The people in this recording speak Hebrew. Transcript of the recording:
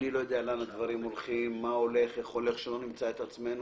את המייל שאומר שכולם יוכלו להציע שתי חלופות בתחום המלונות,